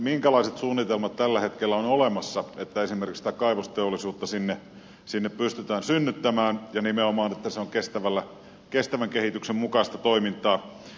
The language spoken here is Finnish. minkälaiset suunnitelmat tällä hetkellä ovat olemassa niin että esimerkiksi kaivosteollisuutta sinne pystytään synnyttämään ja että se on nimenomaan kestävän kehityksen mukaista toimintaa